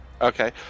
Okay